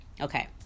Okay